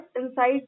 inside